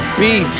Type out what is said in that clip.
beef